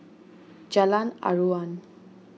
Jalan Aruan